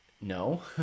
no